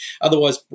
Otherwise